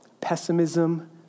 pessimism